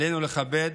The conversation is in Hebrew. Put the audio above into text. עלינו לכבד